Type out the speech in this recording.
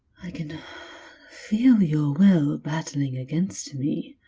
i can feel your will battling against me.